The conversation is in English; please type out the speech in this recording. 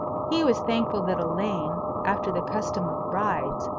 he was thankful that elaine, after the custom of brides,